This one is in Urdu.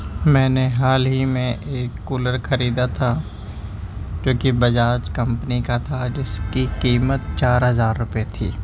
میں نے حال ہی میں ایک کولر خریدا تھا جو کہ بجاج کمپنی کا تھا جس کی قیمت چار ہزار روپیے تھی